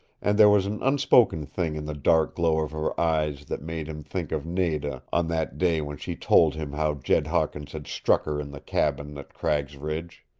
and there was an unspoken thing in the dark glow of her eyes that made him think of nada on that day when she told him how jed hawkins had struck her in the cabin at cragg's ridge.